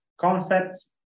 concepts